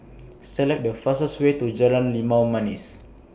Select The fastest Way to Jalan Limau Manis